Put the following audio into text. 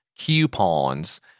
Coupons